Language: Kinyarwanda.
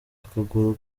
akaguru